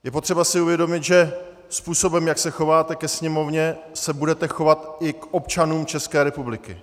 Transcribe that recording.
Je potřeba si uvědomit, že způsobem, jak se chováte ke Sněmovně, se budete chovat i k občanům České republiky.